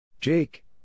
Jake